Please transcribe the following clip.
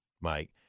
Mike